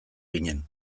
ginen